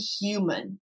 human